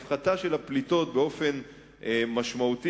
הפחתה של הפליטות באופן משמעותי,